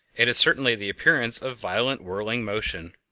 it is certainly the appearance of violent whirling motion.